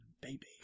Baby